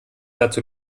dazu